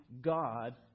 God